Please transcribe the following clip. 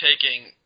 taking –